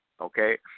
Okay